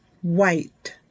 white